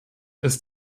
ist